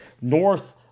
north